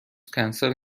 کنسل